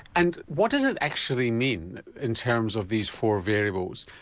and what does it actually mean in terms of these four variables?